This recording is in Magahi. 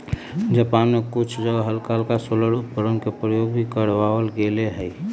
जापान में कुछ जगह हल्का सोलर उपकरणवन के प्रयोग भी करावल गेले हल